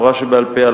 תורה שבעל-פה,